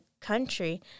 country